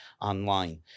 online